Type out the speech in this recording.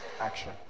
action